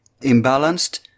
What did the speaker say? imbalanced